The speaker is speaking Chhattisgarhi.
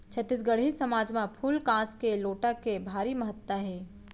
छत्तीसगढ़ी समाज म फूल कांस के लोटा के भारी महत्ता हे